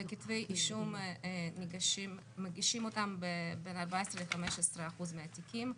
וכתבי אישום מגישים אותם בכ-14%-15% מהתיקים,